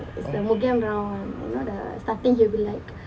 !huh!